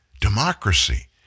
democracy